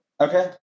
Okay